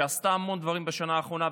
שעשתה המון דברים בשנה האחרונה,